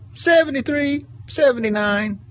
seventy three, seventy nine,